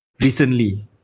recently